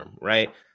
right